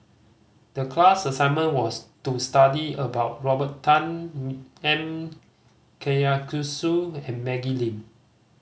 the class assignment was to study about Robert Tan M Karthigesu and Maggie Lim